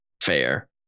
Fair